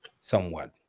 somewhat